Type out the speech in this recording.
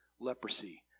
leprosy